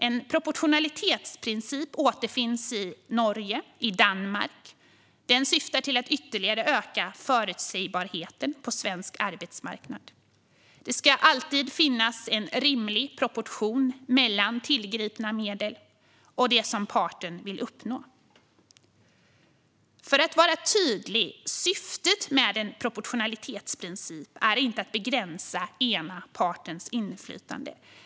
En proportionalitetsprincip finns i Norge och i Danmark. Den syftar till att ytterligare öka förutsägbarheten på svensk arbetsmarknad. Det ska alltid vara en rimlig proportion mellan tillgripna medel och det parten vill uppnå. Jag ska vara tydlig: Syftet med en proportionalitetsprincip är inte att begränsa den ena partens inflytande.